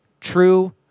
True